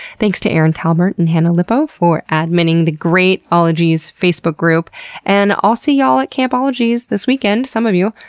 thanks to erin talbert and hannah lipow for adminning the great ologies podcast facebook group and i'll see y'all at camp ologies this weekend, some of you.